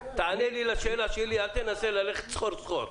תענה לי לשאלה שלי, אל תנסה ללכת סחור סחור.